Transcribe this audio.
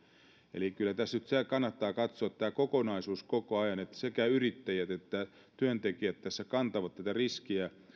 eli kyllä tässä nyt kannattaa katsoa tämä kokonaisuus koko ajan että sekä yrittäjät että työntekijät tässä kantavat tätä riskiä